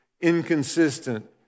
inconsistent